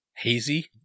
Hazy